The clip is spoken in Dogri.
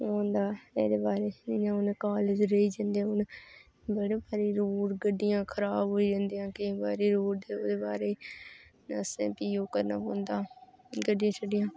ओह् होंदा एह्दे बारे ओह् कालेज रेही जंदे बड़े बारी रोड़ गड्डिां खराब होई जंदा केईं बारी ओह्दे बारै असें भी ओह् करना पौंदा गड्डियां छड्डियां